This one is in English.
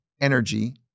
energy